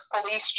police